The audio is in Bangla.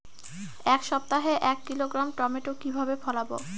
এক সপ্তাহে এক কিলোগ্রাম টমেটো কিভাবে ফলাবো?